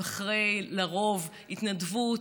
הם לרוב אחרי התנדבות,